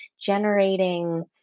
generating